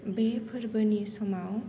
बि फोर्बोनि समाव